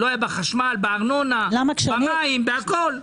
לא היה בחשמל, בארנונה, במים, בהכול.